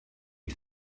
you